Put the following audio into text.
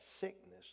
sickness